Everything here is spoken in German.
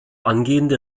angehende